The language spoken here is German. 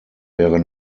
wäre